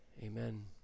Amen